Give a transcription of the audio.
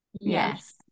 Yes